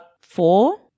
four